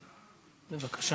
בבקשה.